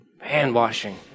Hand-washing